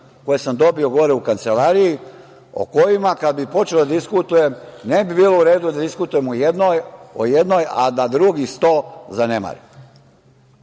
koje sam dobio gore u kancelariji, o kojima kad bi počeo da diskutujem ne bi bilo u redu da diskutujem o jednoj, a da drugih 100 zanemarim. Dame